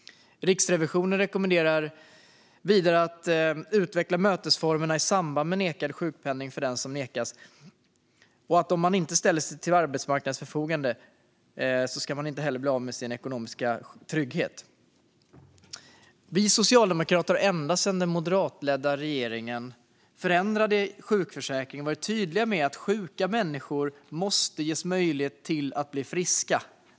Riksrevisionen rekommenderar vidare att mötesformerna ska utvecklas i samband med nekad sjukpenning för att den som nekas och inte ställer sig till arbetsmarknadens förfogande inte ska bli av med sin ekonomiska trygghet. Vi socialdemokrater har ända sedan den moderatledda regeringen förändrade sjukförsäkringen varit tydliga med att sjuka människor måste ges möjlighet att bli friska.